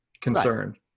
concerned